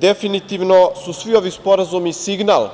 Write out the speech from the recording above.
Definitivno su svi ovi sporazumi signal